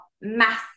mass